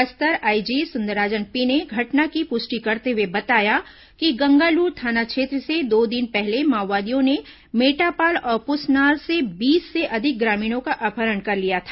Bastar IG Sundarraj P ने घटना की पुष्टि करते हुए बताया कि गंगालूर थाना क्षेत्र से दो दिन पहले माओवादियों ने मेटापाल और पुसनार से बीस से अधिक ग्रामीणों का अपहरण कर लिया था